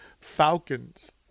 Falcons